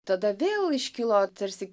tada vėl iškilo tarsi